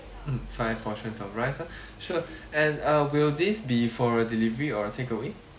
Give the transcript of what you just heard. mm five portions of rice ah sure and uh will this be for delivery or take away